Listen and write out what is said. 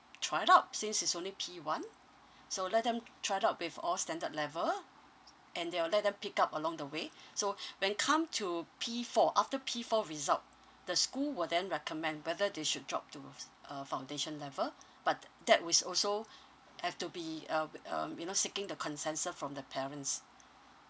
try out since is only P one so let them try out with all standard level and they will let them pick up along the way so when come to P four after P four result the school will then recommend whether they should drop to uh foundation level but that was also have to be um with um you know seeking the consensus from the parents